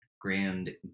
Grand